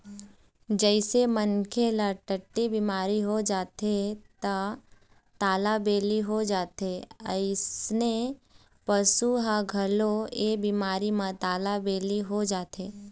जइसे मनखे ल टट्टी बिमारी हो जाथे त तालाबेली हो जाथे अइसने पशु ह घलोक ए बिमारी म तालाबेली हो जाथे